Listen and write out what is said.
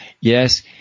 yes